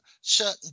certain